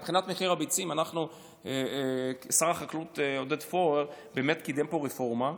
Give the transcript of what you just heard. מבחינת מחיר הביצים שר החקלאות עודד פורר באמת קידם פה רפורמה,